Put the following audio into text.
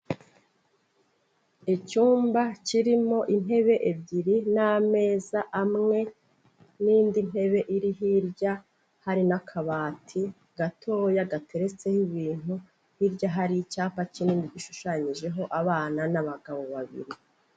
Icyumba kirimo intebe ebyiri n'ameza amwe n'indi ntebe iri hirya hari n'akabati gatoya gateretseho ibintu, hirya hari icyapa kinini gishushanyijeho abana n'abagabo babiri.